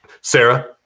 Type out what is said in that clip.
Sarah